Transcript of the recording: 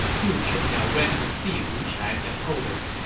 du qiong now went to see liu chan and told him,